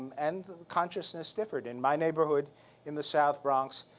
and consciousness differed. in my neighborhood in the south bronx,